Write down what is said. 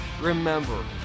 Remember